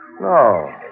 No